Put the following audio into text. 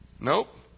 Nope